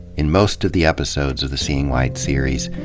in most of the episodes of the seeing white series,